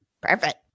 Perfect